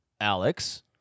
Alex